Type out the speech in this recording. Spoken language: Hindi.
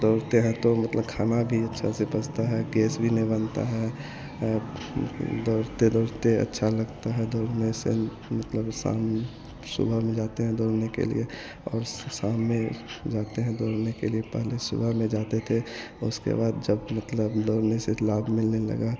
दौड़ते हैं तो मतलब खाना भी अच्छा से पचता है गैस भी नहीं बनता है दौड़ते दौड़ते अच्छा लगता है दौड़ने से मतलब शाम सुबह में जाते हैं दौड़ने के लिए और शाम में जाते हैं दौड़ने के लिए पहले सुबह में जाते थे उसके बाद जब मतलब दौड़ने से लाभ मिलने लगा